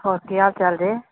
ਹੋਰ ਕੀ ਹਾਲ ਚਾਲ ਜੇ